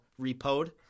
repoed